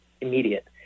immediate